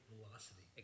Velocity